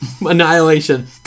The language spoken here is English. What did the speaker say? Annihilation